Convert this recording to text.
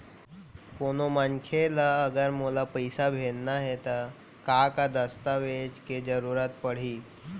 कोनो मनखे ला अगर मोला पइसा भेजना हे ता का का दस्तावेज के जरूरत परही??